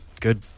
good